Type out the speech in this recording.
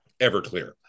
Everclear